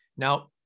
Now